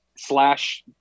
slash